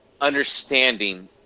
understanding